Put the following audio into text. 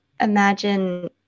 imagine